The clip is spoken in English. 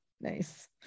nice